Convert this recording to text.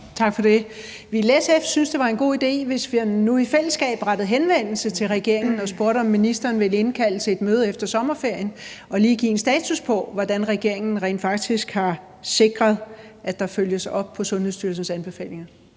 Tak for det. Ville SF synes, at det var en god idé, hvis vi nu i fællesskab rettede henvendelse til regeringen og spurgte, om ministeren ville indkalde til et møde efter sommerferien og lige give en status på, hvordan regeringen rent faktisk har sikret, at der følges op på Sundhedsstyrelsens anbefalinger?